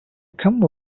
come